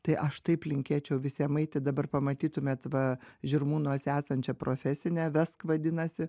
tai aš taip linkėčiau visiem eiti dabar pamatytumėt va žirmūnuose esančią profesinę vesk vadinasi